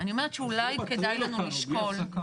אולי כדאי לנו לשקול,